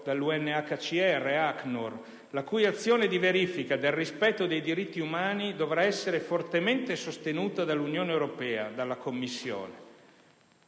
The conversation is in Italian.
dall'UNHCR/ACNUR, la cui azione di verifica del rispetto dei diritti umani dovrà essere fortemente sostenuta dall'Unione europea, dalla Commissione.